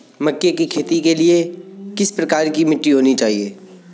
मक्के की खेती के लिए किस प्रकार की मिट्टी होनी चाहिए?